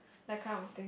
that kind of thing